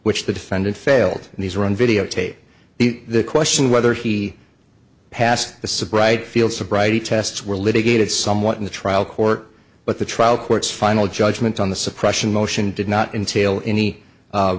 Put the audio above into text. which the defendant failed and he's run videotape the question whether he passed the sobriety field sobriety tests were litigated somewhat in the trial court but the trial court's final judgment on the suppression motion did not until any